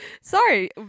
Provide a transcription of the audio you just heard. Sorry